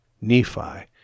Nephi